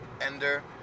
Ender